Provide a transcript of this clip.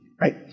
Right